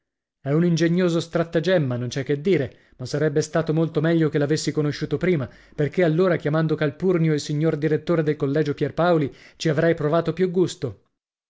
è un ingegnoso strattagemma non c'è che dire ma sarebbe stato molto meglio che l'avessi conosciuto prima perché allora chiamando calpurnio il signor direttore del collegio pierpaoli ci avrei provato più gusto